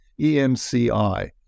EMCI